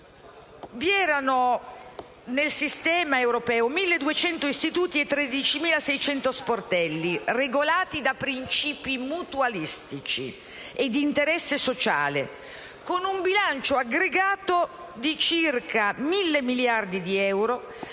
popolari, nel sistema europeo vi erano 1.200 istituti e 13.600 sportelli regolati da principi mutualistici e di interesse sociale, con un bilancio aggregato di circa 1.000 miliardi di euro,